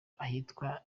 ahitwa